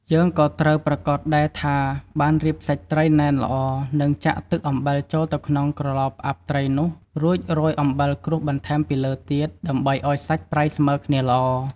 យើងក៏៏ត្រូវប្រាកដដែរថាបានរៀបសាច់ត្រីណែនល្អ និងចាក់ទឹកអំបិលចូលទៅក្នុងក្រឡផ្អាប់ត្រីនោះ រួចរោយអំបិលក្រួសបន្ថែមពីលើទៀត ដើម្បីឱ្យសាច់ត្រីប្រៃស្មើគ្នាល្អ។